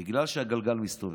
בגלל שהגלגל מסתובב,